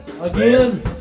again